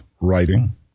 writing